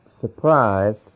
surprised